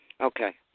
Okay